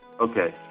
Okay